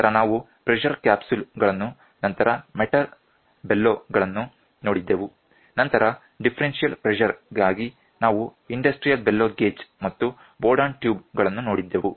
ನಂತರ ನಾವು pressure capsule ಗಳನ್ನು ನಂತರ ಮೆಟಲ್ ಬೆಲೊ ಗಳನ್ನು ನೋಡಿದೆವು ನಂತರ ಡಿಫರೆನ್ಷಿಯಲ್ ಪ್ರೆಶರ್ ಗಾಗಿ ನಾವು ಇಂಡಸ್ಟ್ರಿಯಲ್ ಬೆಲೋ ಗೇಜ್ ಮತ್ತು ಬೋರ್ಡನ್ ಟ್ಯೂಬ್ ಗಳನ್ನು ನೋಡಿದೆವು